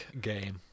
game